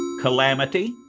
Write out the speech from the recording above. Calamity